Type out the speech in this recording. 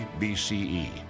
BCE